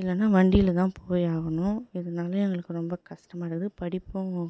இல்லைன்னா வண்டியில் தான் போய் ஆகணும் இதனால எங்களுக்கு ரொம்ப கஷ்டமா இருக்குது படிப்பும்